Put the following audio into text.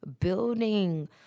building